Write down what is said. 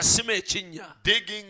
Digging